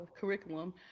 curriculum